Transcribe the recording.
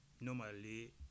normally